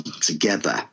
together